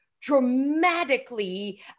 dramatically